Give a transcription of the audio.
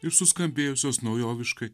ir suskambėjusios naujoviškai